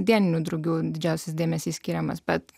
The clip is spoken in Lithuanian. dieninių drugių didžiausias dėmesys skiriamas bet